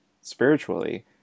spiritually